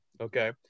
okay